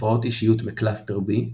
הפרעות אישיות מקלאסטר B,